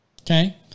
Okay